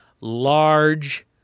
large